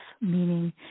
meaning